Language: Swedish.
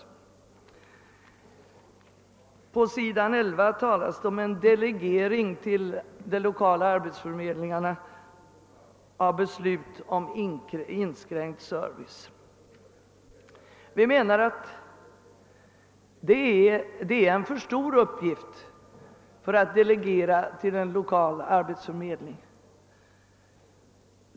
Vad som åsyftas är företag med hög personalomsättning. Vi anser detta vara en alltför stor uppgift att delegera till en lokal arbetsförmedling.